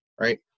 right